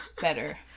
better